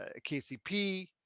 KCP